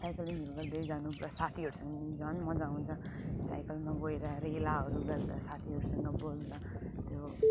साइक्लिङहरू गर्दै जानु प्लस साथीहरूसँग पनि झन् मजा आउँछ साइकलमा गएर रेलाहरू गर्दा साथीहरूसँग बोल्दा त्यो